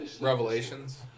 Revelations